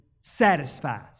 satisfies